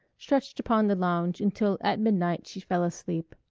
stretched upon the lounge until at midnight she fell asleep.